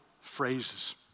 phrases